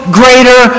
greater